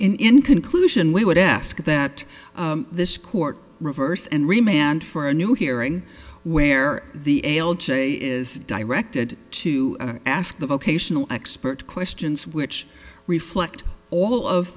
and in conclusion we would ask that this court reversed and remanded for a new hearing where the l j is directed to ask the vocational expert questions which reflect all of